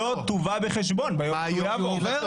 לא תובא בחשבון ביום התחולה ואומר --- מה יום תחילתו?